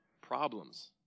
problems